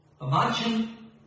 Imagine